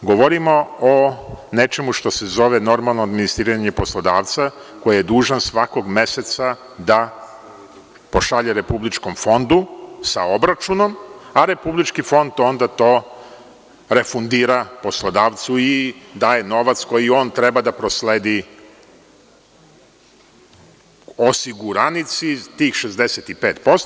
Govorimo o nečemu što se zove normalno administriranje poslodavca, koji je dužan svakog meseca da pošalje Republičkom fonu sa obračunom, a Republički fond onda to refundira poslodavcu i daje novac koji on treba da prosledi osiguranici, tih 65%